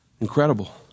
incredible